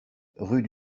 rue